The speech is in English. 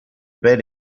bed